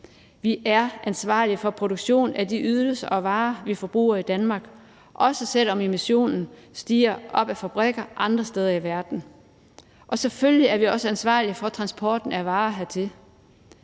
Vi er ansvarlige for produktion af de ydelser og varer, vi forbruger i Danmark, også selv om emissionen stiger op fra fabrikker andre steder i verden. Og selvfølgelig er vi også ansvarlige for transporten af varer hertil.